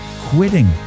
quitting